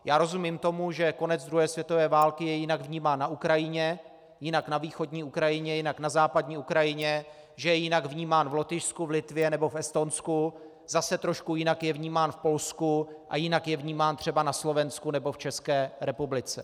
Já rozumím tomu, že konec druhé světové války je jinak vnímán na Ukrajině, jinak na východní Ukrajině, jinak na západní Ukrajině, že je jinak vnímám v Lotyšsku, v Litvě nebo v Estonsku, zase trošku jinak je vnímán v Polsku a jinak je vnímán třeba na Slovensku nebo v České republice.